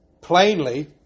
plainly